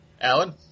Alan